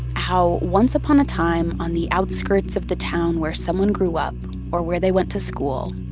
how once upon a time on the outskirts of the town where someone grew up or where they went to school,